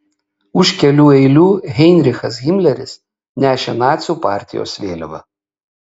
už kelių eilių heinrichas himleris nešė nacių partijos vėliavą